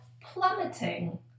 plummeting